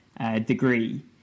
degree